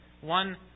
One